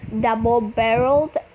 double-barreled